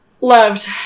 loved